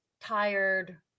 tired